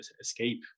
escape